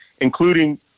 including